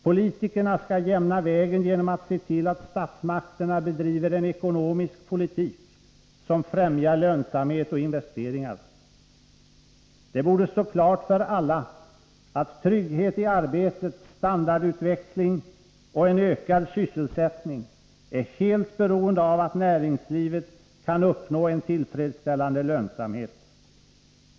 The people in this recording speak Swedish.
Politikerna skall jämna vägen genom att se till att statsmakterna bedriver en ekonomisk politik som främjar lönsamhet och investeringar. Det borde stå klart för alla att trygghet i arbetet, standardutveckling och ökad sysselsättning är helt beroende av att näringslivet kan uppnå en tillfredsställande lönsamhet.